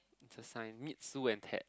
it's a sign meet Su and Ted